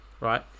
right